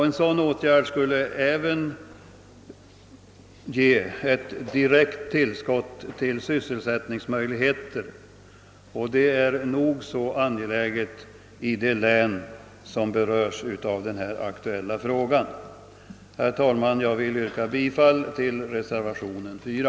En sådan åtgärd skulle även ge ett direkt tillskott till sysselsättningsmöjligheterna, och det är nog så angeläget i de län som berörs. Herr talman! Jag yrkar bifall till reservationen 4.